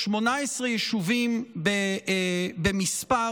18 יישובים במספר,